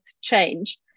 change